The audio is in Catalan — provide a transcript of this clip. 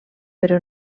però